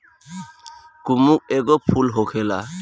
कुमुद एगो फूल होला